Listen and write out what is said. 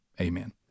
amen